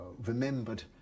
remembered